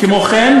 כמו כן,